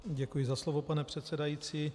Děkuji za slovo, pane předsedající.